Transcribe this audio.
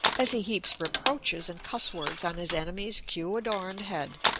as he heaps reproaches and cuss-words on his enemy's queue-adorned head.